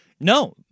no